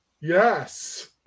Yes